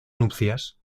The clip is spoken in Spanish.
nupcias